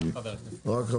רק אני.